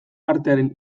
artearen